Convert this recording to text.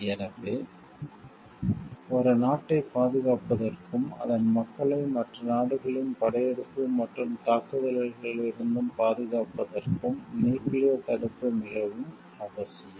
எனவே ஒரு நாட்டைப் பாதுகாப்பதற்கும் அதன் மக்களை மற்ற நாடுகளின் படையெடுப்பு மற்றும் தாக்குதல்களிலிருந்தும் பாதுகாப்பதற்கும் நியூக்கிளியர் தடுப்பு மிகவும் அவசியம்